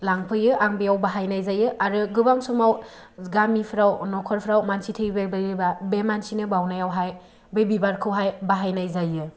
लांफैयो आं बेयाव बाहायनाय जायो आरो गोबां समाव गामिफोराव न'खरफोराव मानसि थैबायबायोबा बे मानसिनो बावनायावहाय बे बिबारखौहाय बाहायनाय जायो